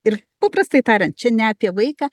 ir paprastai tariant čia ne apie vaiką